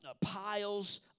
piles